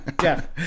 Jeff